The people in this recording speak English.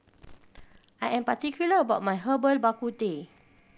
I am particular about my Herbal Bak Ku Teh